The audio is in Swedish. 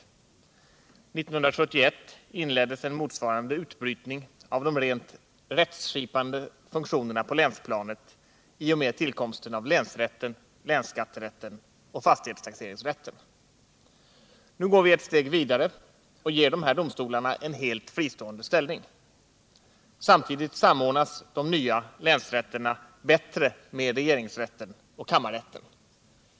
År 1971 inleddes en motsvarande utbrytning av de rent rättsskipande funktionerna på länsplanet i och med tillkomsten av länsrätten, länsskatterätten och fastighetstaxeringsrätten. Nu går vi ett steg vidare och ger de här domstolarna en helt fristående ställning. Samtidigt samordnas de nya länsrätterna bättre med regeringsrätten och kammarrätten.